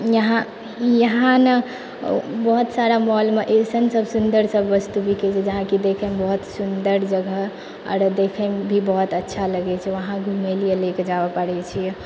यहाँ ने बहुत सारा मॉलमे अइसनसब सुन्दरसब वस्तु बिकै छै जहाँकि देखकऽ बहुत सुन्दर जगह आओर देखैमे भी बहुत अच्छा लागै छै वहाँ घुमबैलए लेके जाबै पड़ै छै